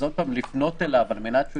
אז עוד פעם לפנות אליו על מנת שהוא